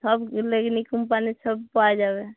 সবগুলো এই লেকমি কোম্পানির সব পাওয়া যাবে